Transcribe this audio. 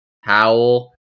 Howell